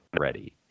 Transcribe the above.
ready